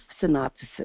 synopsis